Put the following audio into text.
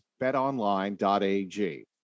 betonline.ag